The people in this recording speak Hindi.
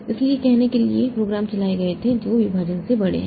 इसलिए ये कहने के लिए कार्यक्रम चलाए गए थे जो विभाजन से बड़े हैं